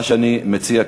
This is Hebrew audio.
מה שאני מציע,